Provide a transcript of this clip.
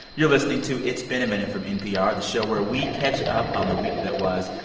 you're listening to it's been a minute from npr, the show where we catch up on the week that was.